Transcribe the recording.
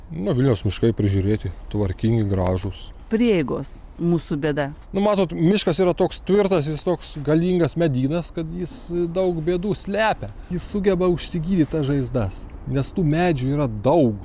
na vilniaus miškai prižiūrėti tvarkingi gražūs prieigos mūsų bėda nu matot miškas yra toks tvirtas jis toks galingas medynas kad jis daug bėdų slepia jis sugeba užsigydyt tas žaizdas nes tų medžių yra daug